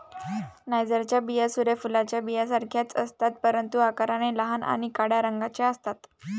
नायजरच्या बिया सूर्य फुलाच्या बियांसारख्याच असतात, परंतु आकाराने लहान आणि काळ्या रंगाच्या असतात